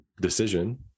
decision